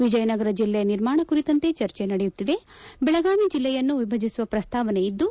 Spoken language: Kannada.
ವಿಜಯನಗರ ಜಿಲ್ಲೆ ನಿರ್ಮಾಣ ಕುರಿತಂತೆ ಚರ್ಚೆ ನಡೆಯುತ್ತಿದೆ ಬೆಳಗಾವಿ ಜಿಲ್ಲೆಯನ್ನೂ ವಿಭಜಿಸುವ ಪ್ರಸ್ತಾವನೆ ಇದ್ದು